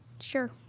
Sure